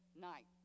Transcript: night